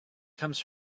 comes